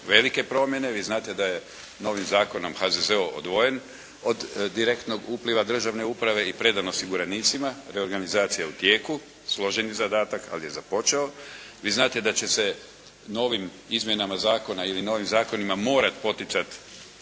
velike promjene. Vi znate da je novim Zakonom HZZO odvojen od direktnog upliva državne uprave i predan osiguranicima. Reorganizacija je u tijeku, složeni zadatak ali je započeo. Vi znate da će se novim izmjenama zakona ili novim zakonima morat poticati